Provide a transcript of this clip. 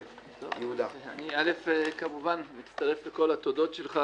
ראשית, כמובן אני מצטרף לכל התודות שלך,